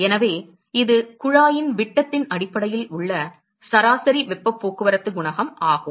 எனவே இது குழாயின் விட்டத்தின் அடிப்படையில் உள்ள சராசரி வெப்பப் போக்குவரத்து குணகம் ஆகும்